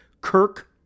Kirk